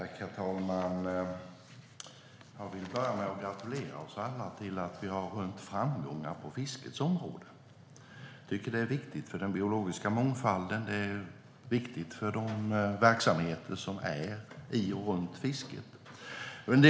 Herr talman! Jag vill börja med att gratulera oss alla till att vi har rönt framgångar på fiskets område. Jag tycker att det är viktigt för den biologiska mångfalden. Det är viktigt för de verksamheter som finns inom och runt fisket.